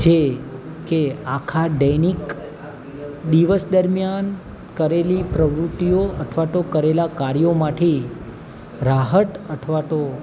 છે કે આખા દૈનિક દિવસ દરમિયાન કરેલી પ્રવૃતિઓ અથવા તો કરેલા કાર્યોમાંથી રાહત અથવા તો